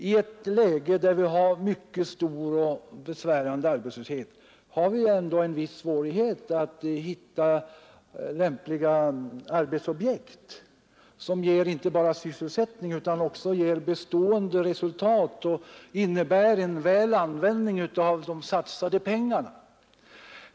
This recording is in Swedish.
I ett läge där vi har mycket stor och besvärande arbetslöshet har vi ändå en svårighet att hitta lämpliga arbetsobjekt, som inte bara ger sysselsättning utan också ger bestående resultat och innebär en förnuftig användning av de satsade pengarna.